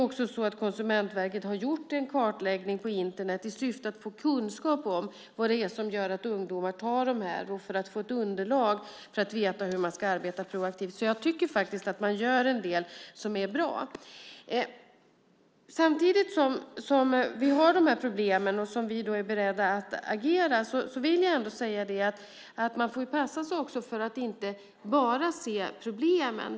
Vidare har Konsumentverket gjort en kartläggning på Internet i syfte att få kunskap om varför ungdomar tar dessa lån samt underlag för att veta hur de ska arbeta proaktivt. Jag tycker alltså att det görs en del bra saker. Samtidigt som vi har de här problemen och vi är beredda att agera vill jag ändå säga att man får passa sig för att inte bara se problemen.